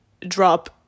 drop